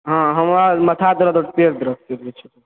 हँ हमरा मथा दरद और पेट दर्द खाली होइ छै